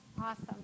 Awesome